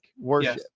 worship